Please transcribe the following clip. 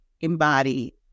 embody